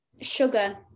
sugar